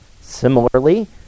Similarly